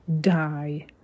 die